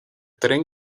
tren